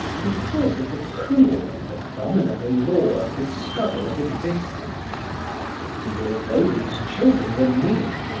he thought of the cruel and abominable law of the struggle of existence and, although these children were mean,